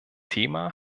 thema